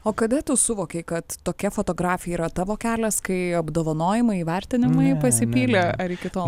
o kada tu suvokei kad tokia fotografija yra tavo kelias kai apdovanojimai įvertinimai pasipylė ar iki tol